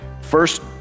first